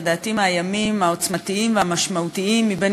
לדעתי מהימים העוצמתיים והמשמעותיים מכל